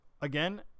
again